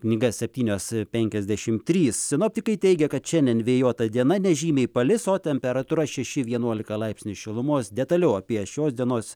knygas septynios penkiasdešimt trys sinoptikai teigia kad šiandien vėjuota diena nežymiai palis o temperatūra šeši vienuolika laipsnių šilumos detaliau apie šios dienos